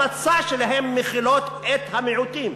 במצע שלהן מכילות את המיעוטים.